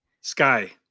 Sky